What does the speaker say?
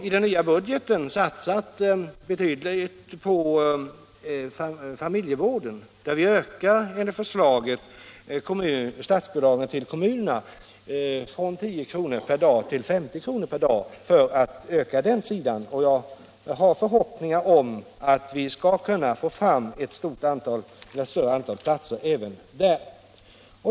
I den nya budgeten har vi också satsat på familjevården, där vi får en ökning av statsbidraget till kommunerna från 10 till 50 kr. per dag. Jag har därför förhoppningar om att vi skall kunna få fram ett större antal platser även där.